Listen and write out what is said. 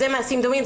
זה מעשים דומים.